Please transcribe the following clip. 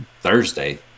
Thursday